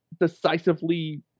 decisively